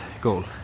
goal